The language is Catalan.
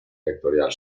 vectorial